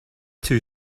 too